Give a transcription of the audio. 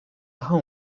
daha